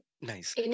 Nice